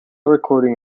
recording